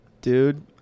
dude